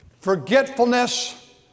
Forgetfulness